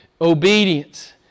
obedience